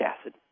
acid